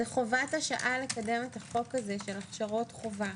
זו חובת השעה לקדם את החוק הזה של הכשרות חובה.